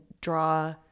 draw